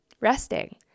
resting